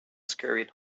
scurried